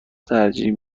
ترجیح